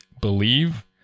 believe